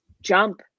jump